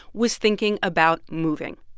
was thinking about moving.